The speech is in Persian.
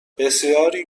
بسیاری